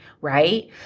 right